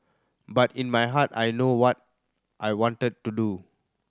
but in my heart I know what I wanted to do